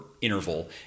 interval